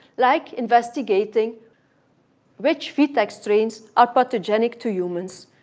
like investigation which vtec strains are pathogenic to humans,